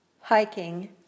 Hiking